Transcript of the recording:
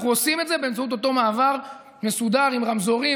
אנחנו עושים את זה באמצעות אותו מעבר מסודר עם רמזורים,